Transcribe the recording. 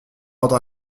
ordre